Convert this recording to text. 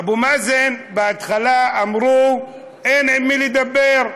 אבו מאזן, בהתחלה אמרו: אין עם מי לדבר.